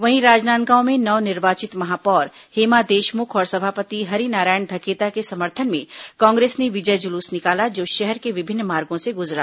वहीं राजनांदगांव में नव निर्वाचित महापौर हेमा देशमुख और सभापति हरिनारायण धकेता के समर्थन में कांग्रेस ने विजय जुलूस निकाला जो शहर के विभिन्न मार्गों से गुजरा